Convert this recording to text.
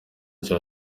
cya